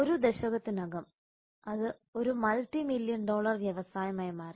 ഒരു ദശകത്തിനകം അത് ഒരു മൾട്ടി ബില്യൺ ഡോളർ വ്യവസായമായി മാറി